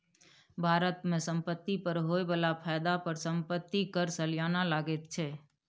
भारत मे संपत्ति पर होए बला फायदा पर संपत्ति कर सलियाना लगैत छै